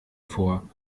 vor